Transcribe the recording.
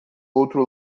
outro